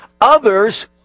Others